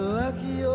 lucky